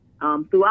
throughout